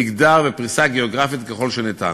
מגדר ופריסה גיאוגרפית ככל שניתן.